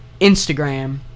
Instagram